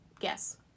Yes